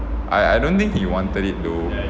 I I don't think he wanted it though